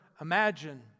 imagine